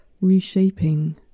reshaping